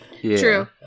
True